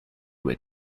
where